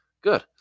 Good